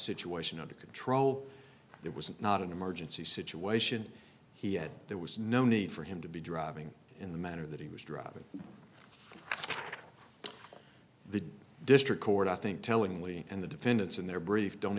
situation under control it was not an emergency situation he had there was no need for him to be driving in the manner that he was driving the district court i think tellingly and the defendants in their brief don't